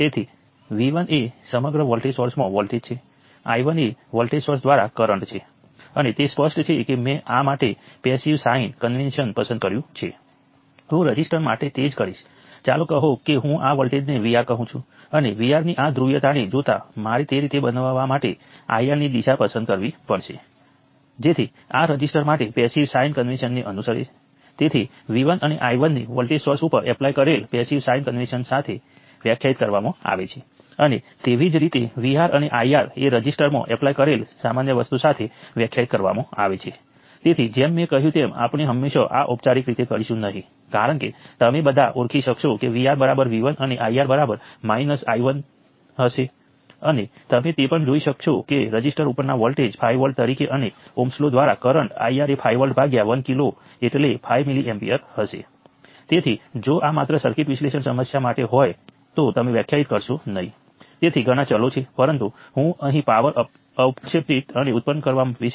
તેથી તે દરેક નોડ જેવું લાગે છે આપણે KCL ઈકવેશન લખી શકીએ છીએ પરંતુ આ કિસ્સામાં મને આ 3 ઈકવેશન્સનો સરવાળો ધ્યાનમાં લેવા દો હું આ 3 ઈકવેશન્સનો સરવાળો કરું છું તો મને શું મળશે તમે જોઈ શકો છો કે i 6 જે i 6 સાથે કેન્સલ થશે i 7 જે i 7 કેન્સલ થશે અને i8 જે i 8 ની સાથે કેન્સલ થશે અને મારી પાસે આ બધી અન્ય વસ્તુઓ હશે જે i 1 i 2 i 3 i 4 i 5 બાકી છે